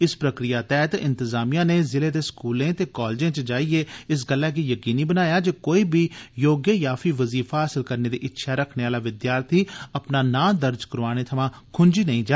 इस प्रक्रिया तैह्त इंतजामिया ने जिले दे स्कूलें ते कालजें च जाइयै इस गल्लै गी यकीनी बनाया जे कोई बी योग्य जां पही वजीफा हासल करने दी इच्छेआ रक्खने आला विद्यार्थी अपना नांऽ दर्ज करोआनै थमां खुंजी नेई जा